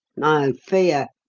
no fear!